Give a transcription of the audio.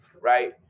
right